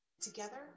Together